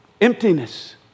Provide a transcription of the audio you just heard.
emptiness